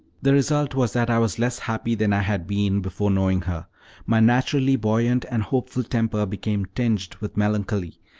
the result was that i was less happy than i had been before knowing her my naturally buoyant and hopeful temper became tinged with melancholy,